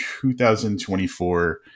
2024